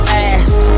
ass